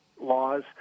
laws